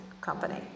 company